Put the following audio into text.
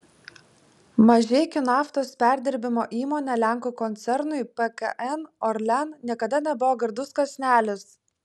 mažeikių naftos perdirbimo įmonė lenkų koncernui pkn orlen niekada nebuvo gardus kąsnelis